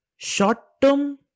Short-term